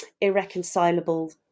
irreconcilable